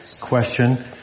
question